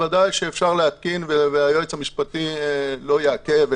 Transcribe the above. ודאי שאפשר להתקין והיועץ המשפטי לא יעכב.